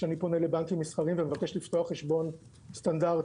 כשאני פונה לבנקים מסחריים ומבקש לפתוח חשבון סטנדרטי.